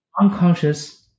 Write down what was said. unconscious